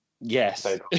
Yes